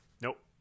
Nope